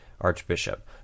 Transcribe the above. archbishop